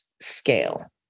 scale